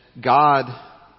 God